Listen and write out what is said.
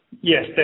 Yes